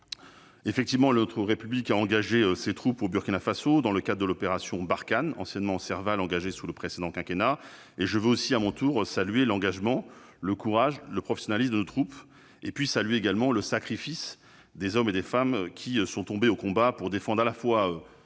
terrorisme. Notre République a engagé ses troupes au Burkina Faso, dans le cadre de l'opération Barkhane, anciennement opération Serval, qui avait été engagée sous le précédent quinquennat. Je veux à mon tour saluer l'engagement, le courage et le professionnalisme de nos troupes, ainsi que le sacrifice des hommes et des femmes qui sont tombés au combat pour défendre à la fois les